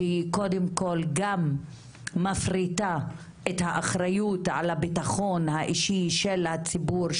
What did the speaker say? שהיא קודם כול גם מפריטה את האחריות על הביטחון האישי של הציבור,